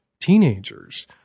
teenagers